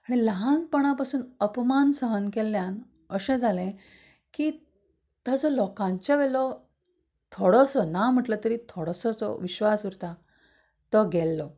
आनी ल्हानपणा पासून अपमान सहन केल्ल्यान अशें जालें की ताजो लोकांच्या वयलो थोडोसो ना म्हणल्यार तरी थोडोसो जो विश्वास उरता तो गेल्लो